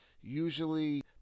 usually